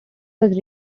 was